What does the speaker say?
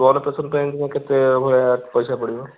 blood pressure ପାଇଁ କେତେ ଭଳିଆ ପଇସା ପଡ଼ିବ